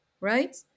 right